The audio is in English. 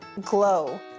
glow